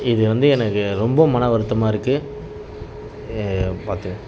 இது வந்து எனக்கு ரொம்ப மன வருத்தமாக இருக்குது பார்த்துங்க